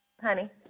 honey